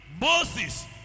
Moses